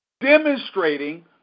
Demonstrating